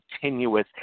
continuous